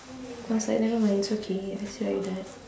I was like nevermind it's okay I said like that